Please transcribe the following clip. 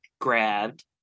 grabbed